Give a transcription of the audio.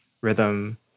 rhythm